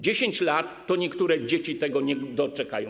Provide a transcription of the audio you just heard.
10 lat - niektóre dzieci tego nie doczekają.